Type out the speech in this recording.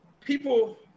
people